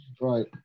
Right